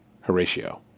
Horatio